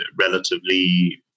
relatively